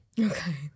Okay